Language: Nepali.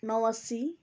नवासी